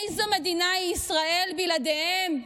איזו מדינה היא ישראל בלעדיהם?